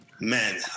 Man